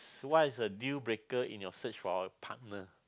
what is deal breaker in your search for a partner